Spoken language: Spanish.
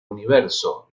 universo